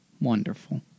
Wonderful